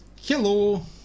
Hello